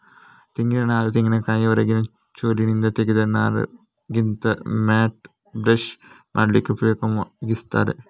ತೆಂಗಿನ ನಾರು ತೆಂಗಿನಕಾಯಿಯ ಹೊರಗಿನ ಚೋಲಿನಿಂದ ತೆಗೆದ ನಾರಾಗಿದ್ದು ಮ್ಯಾಟ್, ಬ್ರಷ್ ಮಾಡ್ಲಿಕ್ಕೆ ಉಪಯೋಗಿಸ್ತಾರೆ